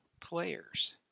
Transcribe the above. players